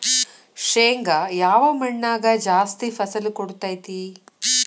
ಶೇಂಗಾ ಯಾವ ಮಣ್ಣಾಗ ಜಾಸ್ತಿ ಫಸಲು ಕೊಡುತೈತಿ?